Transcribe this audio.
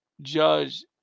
judge